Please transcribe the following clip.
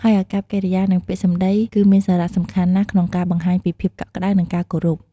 ហើយអាកប្បកិរិយា និងពាក្យសម្ដី គឺមានសារៈសំខាន់ណាស់ក្នុងការបង្ហាញពីភាពកក់ក្ដៅ និងការគោរព។